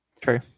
True